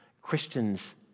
Christians